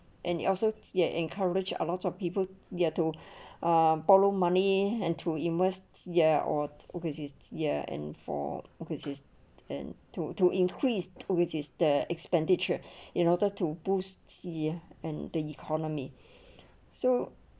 and it also and encourage a lot of people ya to ah borrow money and to immerse year or overseas year and for overseas and to to increased which is the expenditure in order to boost see and the economy so